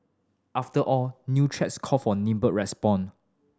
after all new threats call for nimble respond